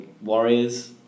Warriors